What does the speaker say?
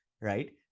right